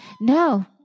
No